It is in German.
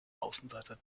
außenseiter